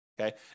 okay